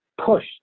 push